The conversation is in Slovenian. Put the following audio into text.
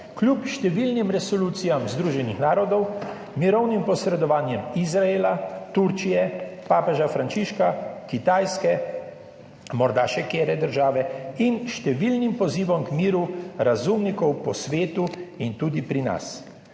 kljub številnim resolucijam Združenih narodov, mirovnim posredovanjem Izraela, Turčije, papeža Frančiška, Kitajske, morda še katere države in številnim pozivom k miru razumnikov po svetu in tudi pri nas.